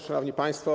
Szanowni Państwo!